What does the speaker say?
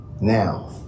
now